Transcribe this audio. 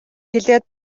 хэлээд